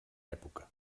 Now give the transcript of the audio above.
època